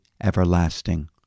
everlasting